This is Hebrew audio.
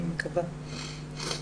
אני מקווה כך.